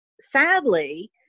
sadly